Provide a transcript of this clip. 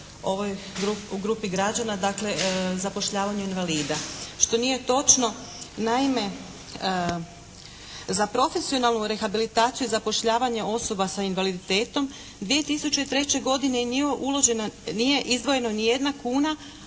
grupi građana dakle zapošljavanje invalida. Što nije točno naime za profesionalnu rehabilitaciju i zapošljavanje osoba sa invaliditetom 2003. godine nije uložena, nije izdvojena ni jedna kuna,